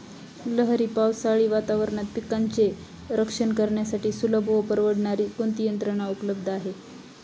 लहरी पावसाळी वातावरणात पिकांचे रक्षण करण्यासाठी सुलभ व परवडणारी कोणती यंत्रणा उपलब्ध आहे?